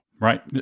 Right